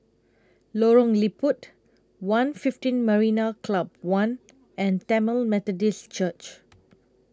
Lorong Liput one fifteen Marina Club one and Tamil Methodist Church